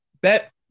Bet